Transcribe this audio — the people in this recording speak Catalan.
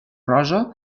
rosa